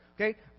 Okay